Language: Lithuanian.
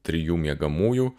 trijų miegamųjų